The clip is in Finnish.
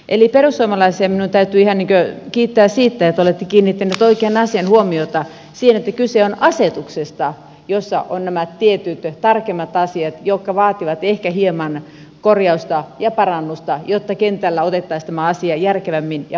eli perussuomalaisia minun täytyy ihan niin kuin kiittää siitä että olette kiinnittäneet oikeaan asiaan huomiota siihen että kyse on asetuksesta jossa on nämä tietyt tarkemmat asiat jotka vaativat ehkä hieman korjausta ja parannusta jotta kentällä otettaisiin tämä asia järkevämmin ja paremmin vastaan